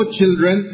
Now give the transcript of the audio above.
children